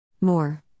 More